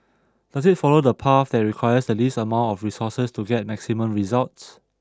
does it follow the path that requires the least amount of resources to get maximum results